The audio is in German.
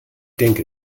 denke